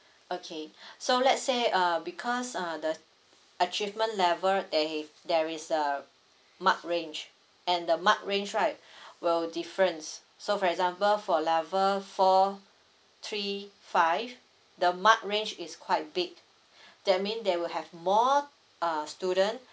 okay so let's say uh because uh the achievement level eh there is a mark range and the mark range right will difference so for example for level four three five the mark range is quite big that mean there will have more uh student